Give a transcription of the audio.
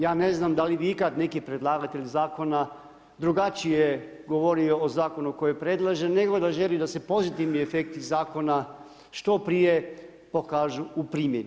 Ja ne znam da li bi ikad neki predlagatelj zakona drugačije govorio o zakonu koji je predložen nego da želi da se pozitivni efekti zakona što prije pokažu u primjeni.